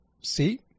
see